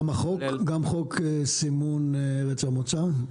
גם חוק סימון ארץ המקור?